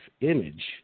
image